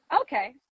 okay